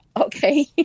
Okay